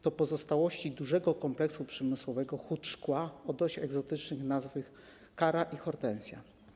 To pozostałości dużego kompleksu przemysłowych hut szkła o dość egzotycznych nazwach: „Kara” i „Hortensja”